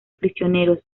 prisioneros